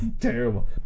Terrible